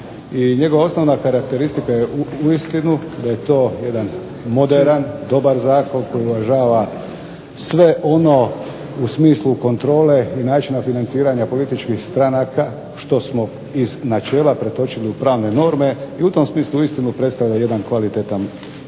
njegova osnovna karakteristika je uistinu da je to jedan moderan, dobar zakon koji uvažava sve ono u smislu kontrole i načina financiranja političkih stranaka što smo iz načela pretočili u pravne norme i u tom smislu uistinu predstavlja jedan kvalitetan zakon.